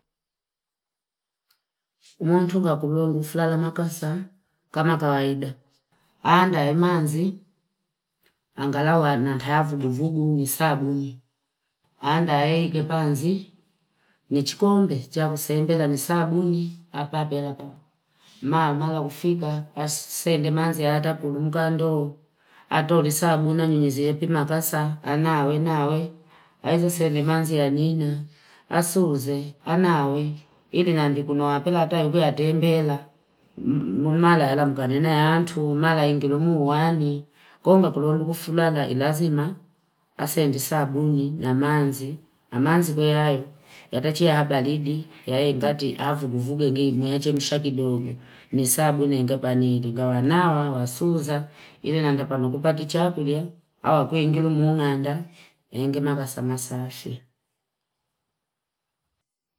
Ulotunga kulolo flala makasaaa kama kawaida, aandae manzi anagalau ake vugu vugu ni sawa aandae kipanzi nichikondi chamsendela ni saabuni apa pelaka ni mamaa laufipa asisende manzi yata kulinga ndoo atolisaabunale pima kasa anawe nawe aende sene manzi ya nini asuuze amawe ilia nande kulea pelwa hata wengine atembella munalaila mkandina atu mala inginemu walii kwo ngakulolu fi bada ilazima sendi saabuni na mazi, namazi veayo yatechihabadibi yaenkati avuguvugu end yachemsha kidogo ni sabuni ngapa nili naawawa suuza ili ndanepali kupati chakulia ah kweni mung'anda enge mala sama safii.